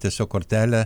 tiesiog kortelę